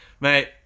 mate